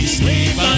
sleep